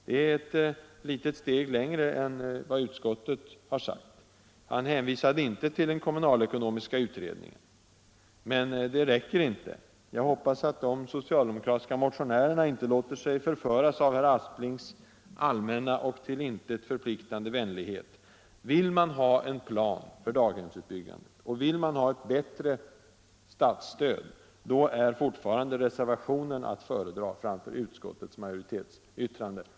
Det är ett litet steg längre än vad utskottet sagt — han hänvisade inte till kommunalekonomiska utredningen - men det räcker inte. Jag hoppas att de socialdemokratiska motionärerna inte låter sig förföras av herr Asplings allmänna och till intet förpliktande vänlighet. Vill man ha en plan för daghemsbyggandet och ett bättre statsstöd, är fortfarande reservationen att föredra framför utskottets majoritetsyttrande.